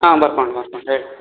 ಹಾಂ ಬರ್ಕೊಂಡರ ಬರ್ಕೊಂಡೆ